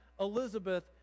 Elizabeth